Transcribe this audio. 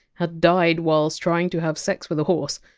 had died while trying to have sex with a horse.